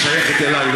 היא שייכת אלי,